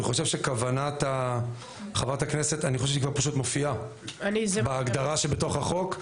אני חושב שכוונת חברת הכנסת כבר פשוט מופיעה בהגדרה שבתוך החוק,